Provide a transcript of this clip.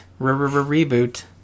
reboot